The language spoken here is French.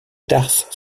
tarses